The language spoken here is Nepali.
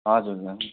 हजुर हजुर